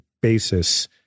basis